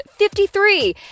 53